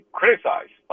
criticize